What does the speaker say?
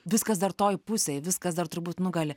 viskas dar toj pusėj viskas dar turbūt nugali